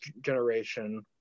generation